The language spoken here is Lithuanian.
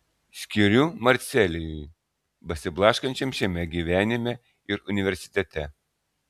skiriu marcelijui besiblaškančiam šiame gyvenime ir universitete